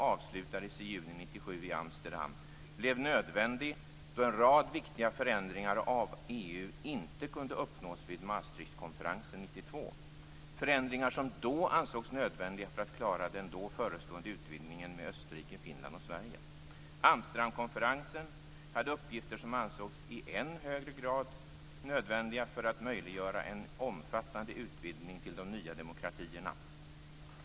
1997 i Amsterdam blev nödvändig då en rad viktiga förändringar av EU inte kunde uppnås vid Maastrichtkonferensen 1992. Det var förändringar som då ansågs nödvändiga för att klara den förestående utvidgningen med Österrike, Finland och Sverige. Amsterdamkonferensen hade i uppgift att föreslå förändringar som i än högre grad ansågs nödvändiga för att möjliggöra en omfattande utvidgning till de nya demokratierna i Öst och Centraleuropa.